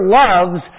loves